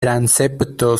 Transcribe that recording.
transepto